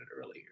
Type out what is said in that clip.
earlier